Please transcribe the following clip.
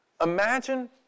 imagine